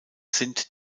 sind